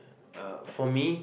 uh for me